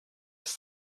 best